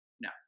No